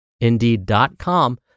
Indeed.com